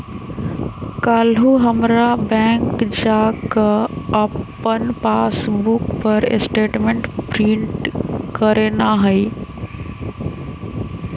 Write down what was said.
काल्हू हमरा बैंक जा कऽ अप्पन पासबुक पर स्टेटमेंट प्रिंट करेनाइ हइ